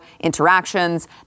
interactions